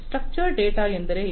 structured data ಎಂದರೆ ಏನು